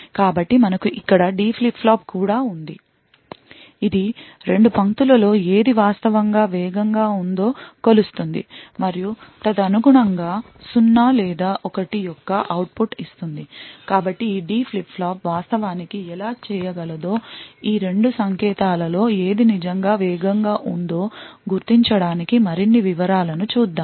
కాబట్టి మనకు ఇక్కడ D ఫ్లిప్ ఫ్లాప్ కూడా ఉంది ఇది ఈ 2 పంక్తులలో ఏది వాస్తవంగా వేగంగా ఉందో కొలుస్తుంది మరియు తదనుగుణంగా 0 లేదా 1 యొక్క అవుట్పుట్ ఇస్తుంది కాబట్టి ఈ D ఫ్లిప్ ఫ్లాప్ వాస్తవానికి ఎలా చేయగలదో ఈ 2 సంకేతాలలో ఏది నిజంగా వేగంగా ఉందో గుర్తించడానికి మరిన్ని వివరాలను చూద్దాం